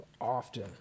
often